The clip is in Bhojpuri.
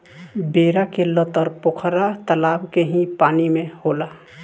बेरा के लतर पोखरा तलाब के ही पानी में होला